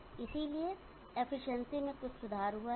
और इसलिए एफिशिएंसी में बहुत सुधार हुआ है